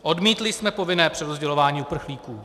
Odmítli jsme povinné přerozdělování uprchlíků.